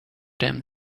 them